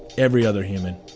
every other human.